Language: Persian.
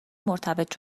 مرتبط